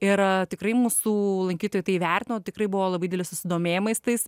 ir tikrai mūsų lankytojai tai įvertino tikrai buvo labai didelis susidomėjimas tais